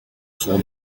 son